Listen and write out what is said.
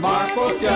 Marcos